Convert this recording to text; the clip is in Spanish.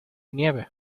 nieve